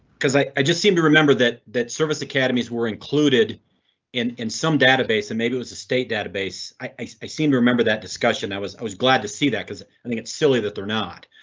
cause i i just seem to remember that that service academies were included in in some database, and maybe it was a state database. i seem to remember that discussion. i was. i was glad to see that. cause i think it's silly that they're not.